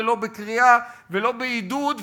ולא בקריאה ולא בעידוד,